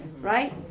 right